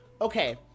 Okay